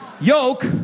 yoke